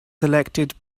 selected